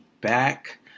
back